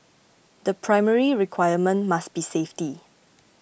the primary requirement must be safety